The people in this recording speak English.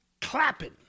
clapping